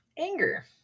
Anger